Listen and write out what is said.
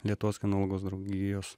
lietuvos kinologų draugijos